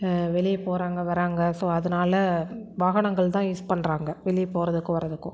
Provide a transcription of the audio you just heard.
வெளியே போகிறாங்க வராங்க ஸோ அதனால வாகனங்கள் தான் யூஸ் பண்ணுறாங்க வெளியே போகிறதுக்கும் வரதுக்கும்